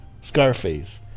Scarface